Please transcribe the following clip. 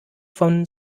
von